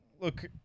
Look